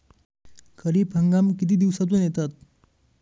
खरीप हंगाम किती दिवसातून येतात?